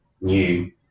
new